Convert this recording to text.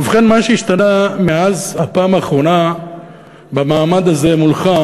ובכן, מה שהשתנה מאז הפעם האחרונה במעמד הזה מולך,